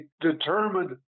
determined